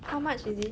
how much is it